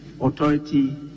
authority